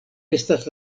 estas